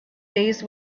days